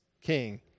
king